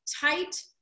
tight